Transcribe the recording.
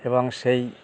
এবং সেই